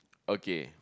okay